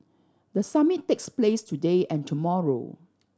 the summit takes place today and tomorrow